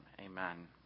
Amen